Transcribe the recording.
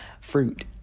fruit